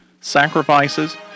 sacrifices